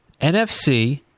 NFC